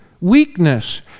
weakness